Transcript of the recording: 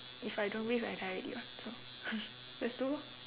if I don't breathe I die already [what] so just do lor